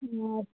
ও